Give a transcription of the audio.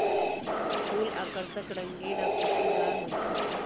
फूल आकर्षक रंगीन आ खुशबूदार हो ईछई